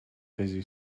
busy